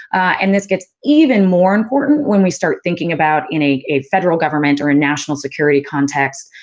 and, this gets even more important when we start thinking about, in a a federal government, or a national security context,